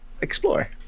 explore